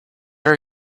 are